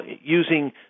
using